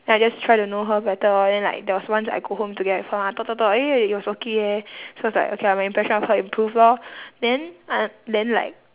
then I just try to know her better lor then like there was once I go home together with her ah talk talk talk eh it was okay eh so it's like okay lah my impression of her improved lor then uh then like